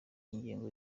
ingengo